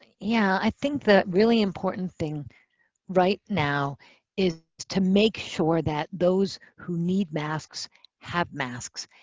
yeah. i think the really important thing right now is to make sure that those who need masks have masks.